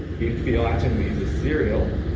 if the item is a serial